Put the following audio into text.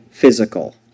Physical